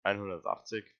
einhundertachtzig